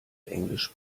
englisch